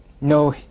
no